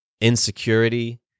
insecurity